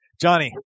Johnny